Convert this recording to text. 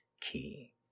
key